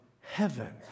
heaven